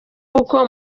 uko